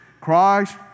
Christ